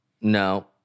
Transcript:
No